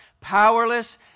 powerless